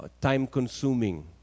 time-consuming